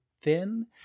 thin